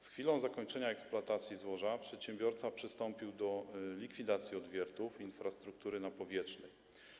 Z chwilą zakończenia eksploatacji złoża przedsiębiorca przystąpił do likwidacji odwiertów i infrastruktury napowierzchniowej.